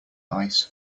ice